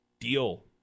deal